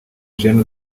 jeune